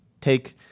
take